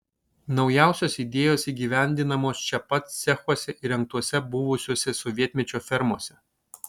naujausios idėjos įgyvendinamos čia pat cechuose įrengtuose buvusiose sovietmečio fermose